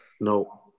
No